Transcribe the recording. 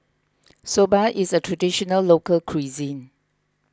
Soba is a Traditional Local Cuisine